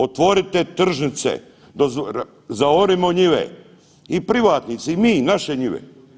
Otvorite tržnice, zaorimo njive i privatni i mi naše njive.